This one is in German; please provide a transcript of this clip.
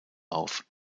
auf